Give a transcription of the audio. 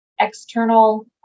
external